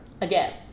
again